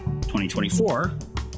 2024